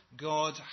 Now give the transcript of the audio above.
God